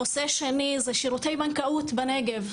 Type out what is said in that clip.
נושא שני זה שירותי בנקאות בנגב.